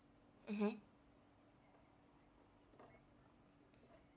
mmhmm